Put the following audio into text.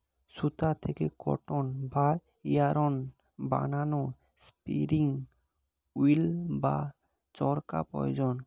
সুতা থেকে কটন বা ইয়ারন্ বানানোর স্পিনিং উঈল্ বা চরকা প্রয়োজন